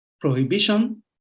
prohibition